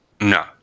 no